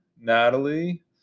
Natalie